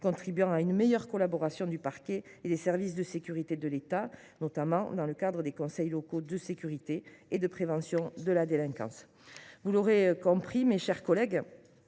contribuant ainsi à une meilleure collaboration du parquet et des services de sécurité de l’État, notamment dans le cadre des conseils locaux de sécurité et de prévention de la délinquance (CLSPD). Vous l’aurez compris, mes chers collègues,